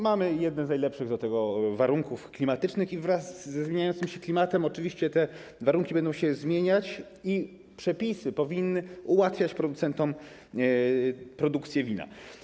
Mamy jedne z najlepszych pod tym względem warunków klimatycznych, a wraz ze zmieniającym się klimatem oczywiście i te warunki będą się zmieniać, więc przepisy powinny ułatwiać producentom produkcję wina.